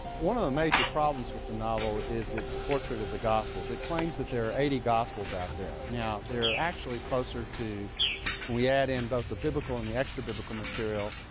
one of the major problems with the novel is its portrait of the gospels. it claims that there are eighty gospels out there. now they are actually closer to, when we add in both the biblical and the extra-biblical material,